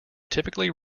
typically